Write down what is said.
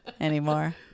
anymore